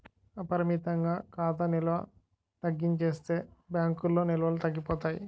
అపరిమితంగా ఖాతా నిల్వ తగ్గించేస్తే బ్యాంకుల్లో నిల్వలు తగ్గిపోతాయి